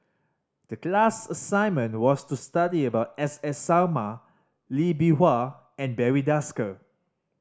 the class assignment was to study about S S Sarma Lee Bee Wah and Barry Desker